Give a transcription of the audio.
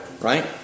right